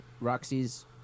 Roxy's